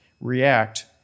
react